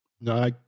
No